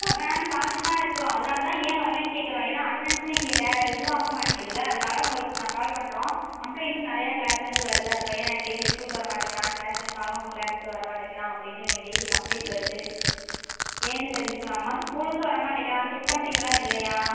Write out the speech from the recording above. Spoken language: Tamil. வரானானு பார்த்துட்டு தான் இருக்கிறோம் அதனால தான் ஏன் வரலைனு கேட்குறோம் ஏனால் அட்டனன்ஸில் இங்கே ட இதுவாக மாட்டேங்குதுலை அதனால உங்களுக்கு நான் கால் பண்ணுறோம் கம்ப்ளைண்ட்டும் நிறையா கிளாஸ்லேருந்து வருது அந்த பையன் டெய்லி ஸ்கூலுக்கு வரமாட்டேங்கிறான் கிளாஸ் வைச்சாலும் கிளாஸுக்கு வரமாட்டேங்கிறான் அப்படினு டெய்லி கம்ப்ளைண்ட் வருது ஏன்னு தெரிஞ்சுக்கலாமா ஸ்கூலுக்கு வரமாட்டேங்கிறான் செக் பண்ணுறிங்களா இல்லையா